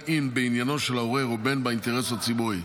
בין אם בעניינו של העורר או באינטרס הציבורי.